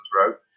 throat